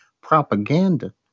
propaganda